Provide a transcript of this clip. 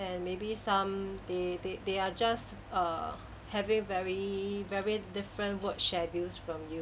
and maybe some they they they are just err having very very different work schedule from you